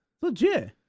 Legit